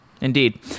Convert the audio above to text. indeed